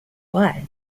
what